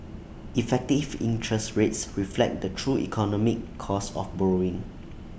effective interest rates reflect the true economic cost of borrowing